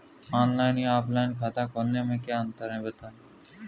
Online या offline खाता खोलने में क्या अंतर है बताएँ?